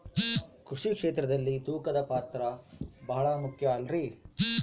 ಕೃಷಿ ಕ್ಷೇತ್ರದಲ್ಲಿ ತೂಕದ ಪಾತ್ರ ಬಹಳ ಮುಖ್ಯ ಅಲ್ರಿ?